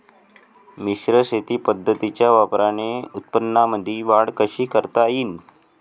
मिश्र शेती पद्धतीच्या वापराने उत्पन्नामंदी वाढ कशी करता येईन?